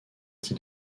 qui